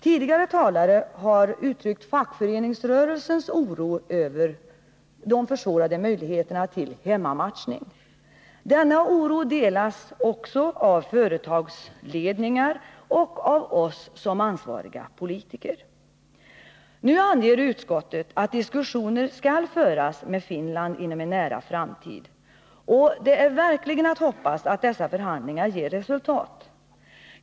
Tidigare talare har uttryckt fackföreningsrörelsens oro över de försvårade möjligheterna till hemmamatchning. Denna oro delas av företagsledare och av oss som ansvariga politiker. Nu anger utskottet att diskussioner skall föras med Finland inom en nära framtid, och det är verkligen att hoppas att dessa förhandlingar ger resultat.